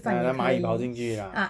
ya 那个蚂蚁跑进去啊